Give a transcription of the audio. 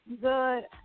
good